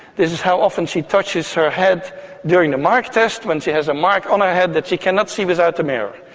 this is how often she touches her head during the mark test when she has a mark on her head that she cannot see without the mirror.